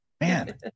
Man